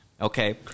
okay